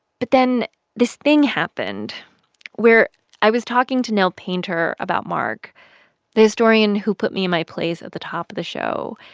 but then this thing happened where i was talking to nell painter about mark the historian who put me in my place at the top of the show.